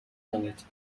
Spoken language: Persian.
کنید